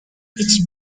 beach